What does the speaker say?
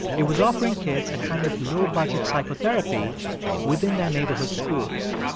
it was offering kids a kind of low-budget psychotherapy within their neighborhood schools.